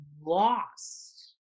lost